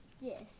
Yes